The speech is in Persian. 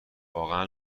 واقعا